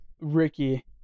Ricky